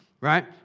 right